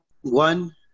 one